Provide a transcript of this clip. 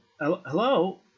Hello